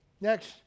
Next